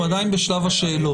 אנחנו עדיין בשלב השאלות.